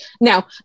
Now